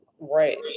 right